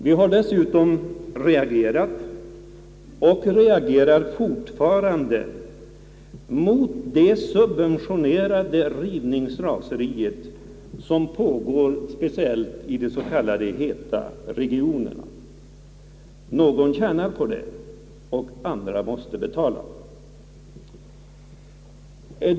Vi har dessutom reagerat, och reagerar fortfarande, mot det subventionerade rivningsraseri som pågår speciellt i de s.k. heta regionerna. Någon tjänar på det, och andra måste betala.